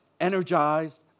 Energized